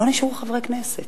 לא נשארו חברי כנסת,